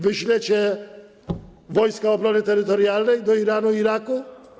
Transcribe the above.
Wyślecie Wojska Obrony Terytorialnej do Iranu, Iraku?